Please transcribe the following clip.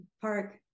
park